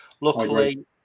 luckily